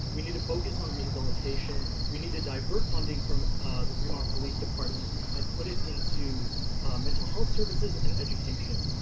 we need to focus on rehabilitation, we need to divert funding from the fremont police department and put it into mental health services and education.